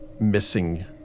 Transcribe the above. missing